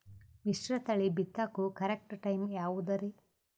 ಮಿಶ್ರತಳಿ ಬಿತ್ತಕು correct time ಯಾವುದರಿ?